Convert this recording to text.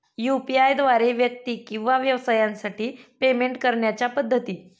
UPI द्वारे व्यक्ती किंवा व्यवसायांसाठी पेमेंट करण्याच्या पद्धती